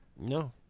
No